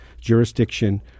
jurisdiction